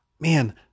Man